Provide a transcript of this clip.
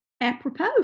apropos